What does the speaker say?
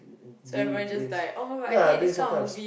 doing this ya doing some kind of